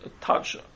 touch